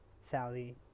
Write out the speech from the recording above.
Sally